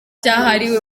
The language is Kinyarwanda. cyahariwe